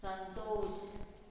Santosh